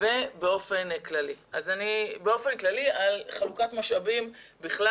והחלק השני הוא לדבר באופן כללי חלוקת משאבים בכלל